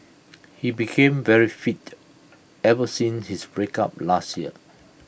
he became very fit ever since his breakup last year